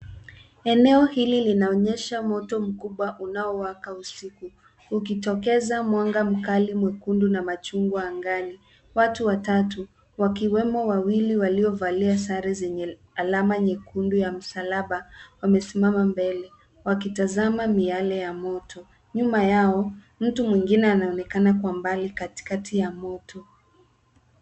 Eneo hili linaonyesha moto mkubwa unaowaka usiku, ukitokeza mwanga mkali mwekundu na machungwa angali. Watu watatu, wakiwemo wawili waliovalia sare zenye alama nyekundu ya msalaba, wamesimama mbele, wakitazama miale ya moto. Nyuma yao, mtu mwingine anaonekana kwa mbali katikati ya moto.